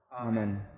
Amen